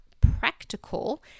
practical